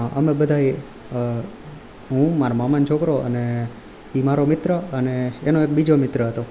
અમે બધાય હું મારા મામાનો છોકરો અને એ મારો મિત્ર અને એનો એક બીજો મિત્ર હતો